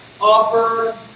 offer